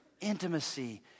intimacy